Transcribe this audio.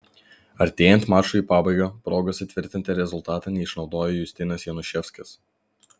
artėjant mačui į pabaigą progos įtvirtinti rezultatą neišnaudojo justinas januševskis